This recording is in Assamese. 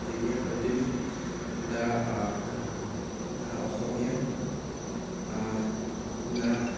তেতিয়া টোটেলি এটা না অসমীয়া না